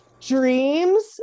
dreams